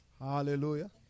hallelujah